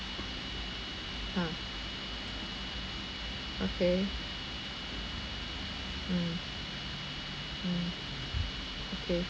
ah okay mm mm okay